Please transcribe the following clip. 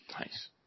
Nice